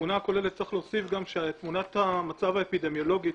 לתמונה הכוללת צריך להוסיף גם שתמונת המצב האפידמיולוגית